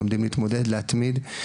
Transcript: לומדים להתמודד ולהתמיד,